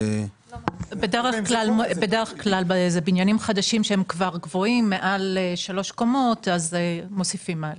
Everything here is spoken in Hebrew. בדרך כלל מדובר בבניינים חדשים שגובהם מעל שלוש קומות אז מוסיפים מעלית.